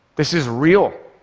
this is real.